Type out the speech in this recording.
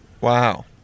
Wow